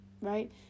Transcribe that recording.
right